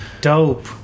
dope